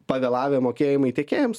pavėlavę mokėjimai tiekėjams